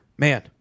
Man